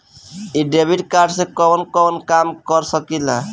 इ debit card से कवन कवन काम कर सकिला?